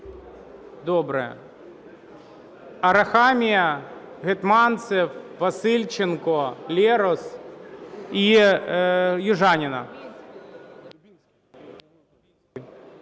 Добре. Арахамія, Гетманцев, Васильченко, Лерос і Южаніна.